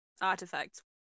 artifacts